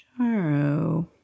Charo